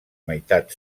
meitat